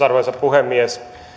arvoisa puhemies